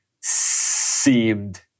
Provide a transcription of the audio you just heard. seemed